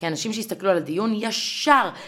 כי האנשים שהסתכלו על הדיון ישר